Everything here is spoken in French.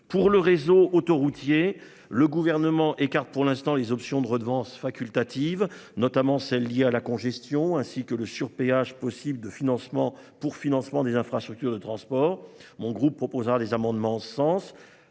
pour le réseau autoroutier. Le gouvernement écarte pour l'instant les options de redevance facultative, notamment celles liées à la congestion ainsi que le sur péage possible de financement pour financement des infrastructures de transport. Mon groupe proposera des amendements sens,